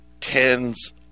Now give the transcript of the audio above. tens